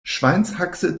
schweinshaxe